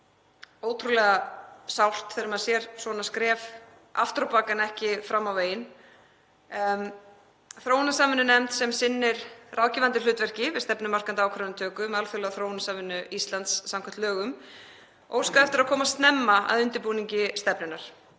ótrúlega sárt, að sjá svona skref aftur á bak en ekki fram á veginn. Þróunarsamvinnunefnd, sem sinnir ráðgefandi hlutverki við stefnumarkandi ákvarðanatöku um alþjóðlega þróunarsamvinnu Íslands samkvæmt lögum, óskaði eftir að koma snemma að undirbúningi stefnunnar.